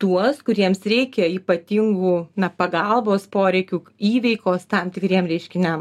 tuos kuriems reikia ypatingų na pagalbos poreikių įveikos tam tikriem reiškiniam